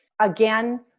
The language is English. Again